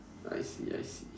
I see I see